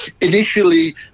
Initially